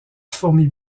fourmi